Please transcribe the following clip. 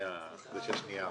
משרד האוצר התחייב ל-10 מיליון